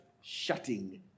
shutting